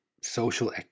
Social